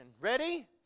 Ready